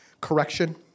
correction